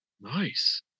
Nice